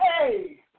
Hey